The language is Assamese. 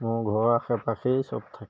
মোৰ ঘৰৰ আশে পাশেই চব থাকে